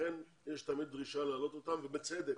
ולכן יש תמיד דרישה להעלות אותם, ובצדק.